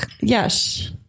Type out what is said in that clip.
Yes